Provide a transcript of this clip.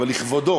לכבודו